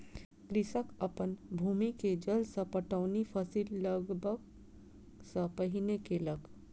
कृषक अपन भूमि के जल सॅ पटौनी फसिल लगबअ सॅ पहिने केलक